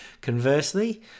Conversely